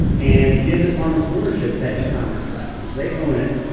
and give the farmers ownership of that ecommerce platform. they own it,